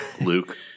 Luke